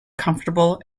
comfortable